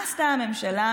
מה עשתה הממשלה,